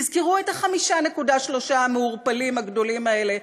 תזכרו את ה-5.3 המעורפלים הגדולים האלה,